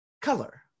color